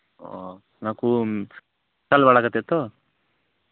ᱚᱱᱟ ᱠᱚ ᱢᱮᱥᱟᱞ ᱵᱟᱲᱟ ᱠᱟᱛᱮᱜ ᱛᱚ